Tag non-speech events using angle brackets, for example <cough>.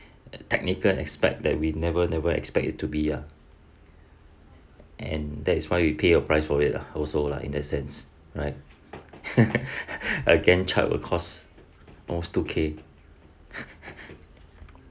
technical aspect that we never never expect it to be ah and that is why we pay a price for it also lah in that sense right <breath> again chart will cost almost two K